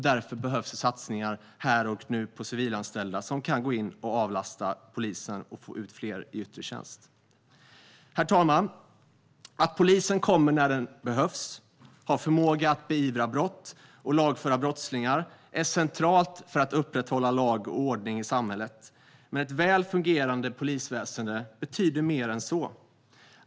Därför behövs det satsningar här och nu på civilanställda som kan gå in och avlasta poliser så att vi får ut fler i yttre tjänst. Herr talman! Att polisen kommer när den behövs, har förmåga att beivra brott och lagföra brottslingar är centralt för att upprätthålla lag och ordning i samhället. Men ett väl fungerande polisväsen betyder mer än så.